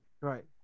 Right